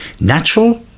Natural